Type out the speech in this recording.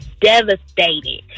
devastated